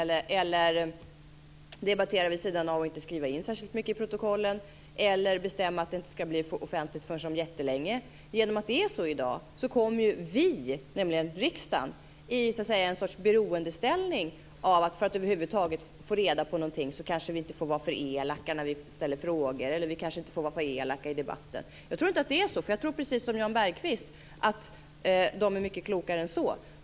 De kan debattera vid sidan av och inte skriva in särskilt mycket i protokollen eller bestämma att det inte ska bli offentligt förrän jättelångt in i framtiden. Genom att det är så i dag kommer ju vi i riksdagen i ett slags beroendeställning. För att över huvud taget få reda på något kanske vi inte får vara för elaka när vi ställer frågor eller i debatten. Jag tror inte att det är så. Jag tror precis som Jan Bergqvist att de är mycket klokare än så.